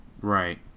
Right